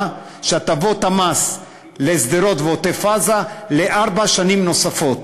שהטבות המס לשדרות ועוטף-עזה לארבע שנים נוספות.